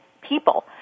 people